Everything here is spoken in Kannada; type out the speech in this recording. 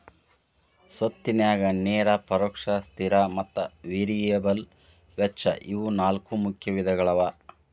ಸ್ವತ್ತಿನ್ಯಾಗ ನೇರ ಪರೋಕ್ಷ ಸ್ಥಿರ ಮತ್ತ ವೇರಿಯಬಲ್ ವೆಚ್ಚ ಇವು ನಾಲ್ಕು ಮುಖ್ಯ ವಿಧಗಳವ